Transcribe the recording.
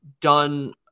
done